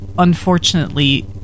unfortunately